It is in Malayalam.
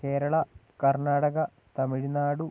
കേരള കർണ്ണാടക തമിഴ്നാടു